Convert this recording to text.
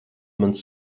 mans